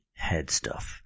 Headstuff